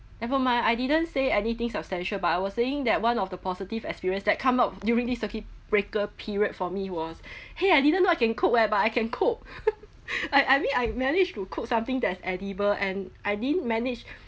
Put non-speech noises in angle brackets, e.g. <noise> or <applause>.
never mind I didn't say anything substantial but I was saying that one of the positive experience that come up during this circuit breaker period for me was <breath> !hey! I didn't know I can cook whereby I can cook <laughs> I I mean I managed to cook something that's edible and I didn't manage <breath>